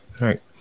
right